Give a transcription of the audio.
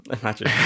Imagine